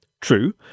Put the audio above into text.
True